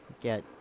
get